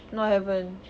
no I haven't